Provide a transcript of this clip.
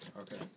Okay